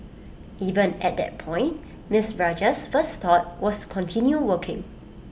even at that point miss Rajah's first thought was continue working